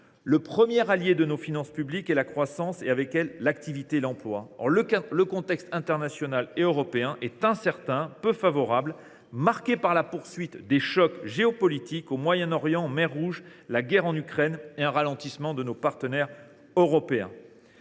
Le premier allié de nos finances publiques est la croissance et, avec elle, l’activité et l’emploi. Or le contexte international et européen est incertain et peu favorable, marqué par la poursuite des chocs géopolitiques au Moyen Orient et en mer Rouge, de la guerre en Ukraine et par le ralentissement de l’activité chez nos partenaires européens.